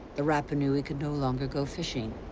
the rapanui could no longer go fishing.